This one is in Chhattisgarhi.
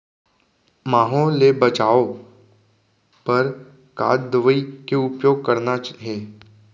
माहो ले बचाओ बर का दवई के उपयोग करना हे?